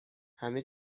همه